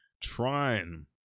trying